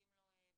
שזקוקים לו בשטח,